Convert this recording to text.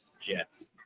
Jets